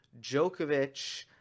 Djokovic